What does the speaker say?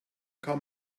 kann